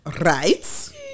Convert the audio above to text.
Right